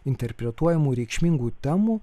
interpretuojamų reikšmingų temų